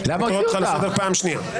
אני קורא אותך לסדר פעם שנייה.